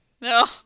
No